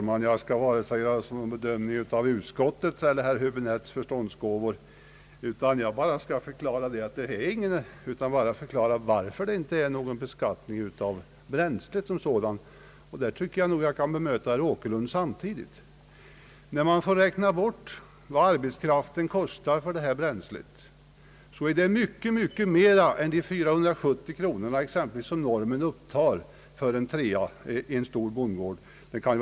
Herr talman! Jag skall inte göra en bedömning av vare sig utskottets eller herr Häbinettes förståndsgåvor utan bara förklara varför det inte är fråga om någon beskattning av bränslet som sådant. Samtidigt kan jag bemöta herr Åkerlund. När man får räkna bort vad arbetskraften kostar på detta bränsle, är det mycket, mycket mera än de exempelvis 470 kronor som normen upptar för en stor bondgård med tre rum.